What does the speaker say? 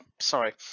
sorry